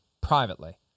privately